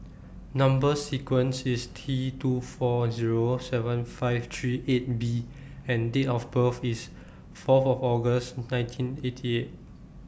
Number sequence IS T two four Zero seven five three eight B and Date of birth IS four of August nineteen eighty eight